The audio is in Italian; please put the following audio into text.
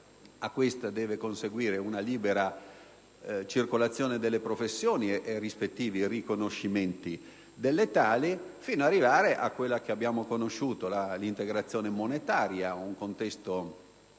cui deve conseguire la fase della libera circolazione delle professioni e rispettivi riconoscimenti delle tali, fino ad arrivare a quella che abbiamo conosciuto, l'integrazione monetaria, cioè un contesto